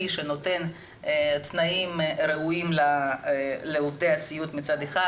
שנותן תנאים ראויים לעובדי הסיעוד מצד אחד,